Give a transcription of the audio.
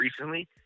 recently